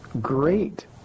great